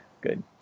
good